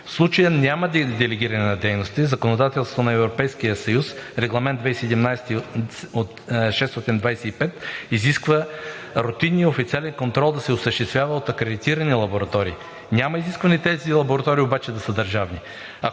В случая няма делегиране на дейности. Законодателството на Европейския съюз – Регламент 2017/625, изисква рутинния официален контрол да се осъществява от акредитирани лаборатории. Няма изискване тези лаборатории обаче да са държавни,